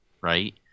right